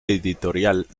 editorial